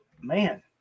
man